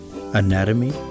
anatomy